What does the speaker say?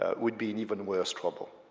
ah would be in even worse trouble.